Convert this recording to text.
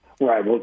Right